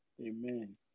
Amen